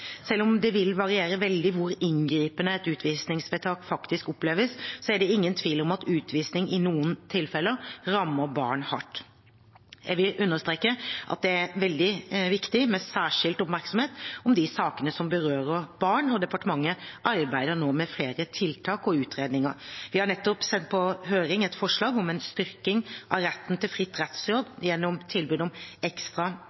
Selv om det vil variere veldig hvor inngripende et utvisningsvedtak faktisk oppleves, er det ingen tvil om at utvisning i noen tilfeller rammer barn hardt. Jeg vil understreke at det er veldig viktig med særskilt oppmerksomhet om de sakene som berører barn, og departementet arbeider nå med flere tiltak og utredninger. Vi har nettopp sendt på høring et forslag om en styrking av retten til fritt rettsråd gjennom tilbud om ekstra